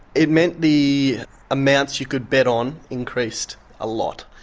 it meant the amounts you could bet on increased a lot.